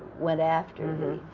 went after the